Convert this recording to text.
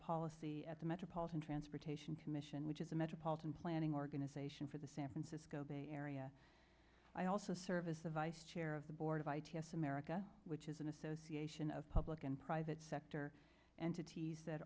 policy at the metropolitan transportation commission which is the metropolitan planning organization for the san francisco bay area i also serve as the vice chair of the board of i t s america which is an association of public and private sector entities that